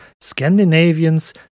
Scandinavians